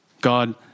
God